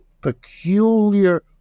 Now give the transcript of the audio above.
peculiar